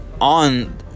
on